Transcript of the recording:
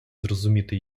зрозуміти